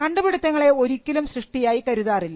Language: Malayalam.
കണ്ടുപിടിത്തങ്ങളെ ഒരിക്കലും സൃഷ്ടിയായി കരുതാറില്ല